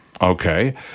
Okay